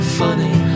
funny